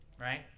right